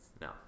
No